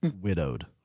widowed